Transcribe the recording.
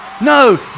no